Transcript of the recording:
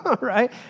Right